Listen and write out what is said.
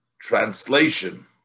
translation